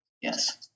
Yes